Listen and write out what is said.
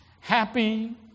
happy